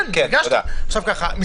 זה מה שאמרתי.